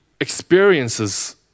experiences